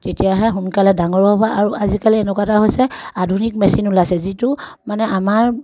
তেতিয়াহে সোনকালে ডাঙৰো হ'ব আৰু আজিকালি এনেকুৱা এটা হৈছে আধুনিক মেচিন ওলাইছে যিটো মানে আমাৰ